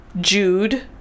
Jude